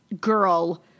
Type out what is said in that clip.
girl